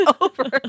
over